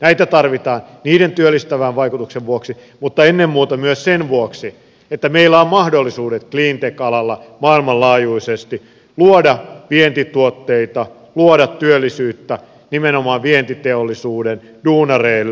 näitä tarvitaan niiden työllistävän vaikutuksen vuoksi mutta ennen muuta myös sen vuoksi että meillä on mahdollisuudet cleantech alalla maailmanlaajuisesti luoda vientituotteita luoda työllisyyttä nimenomaan vientiteollisuuden duunareille